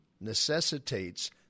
necessitates